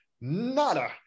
nada